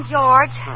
George